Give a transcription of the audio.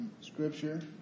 scripture